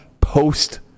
post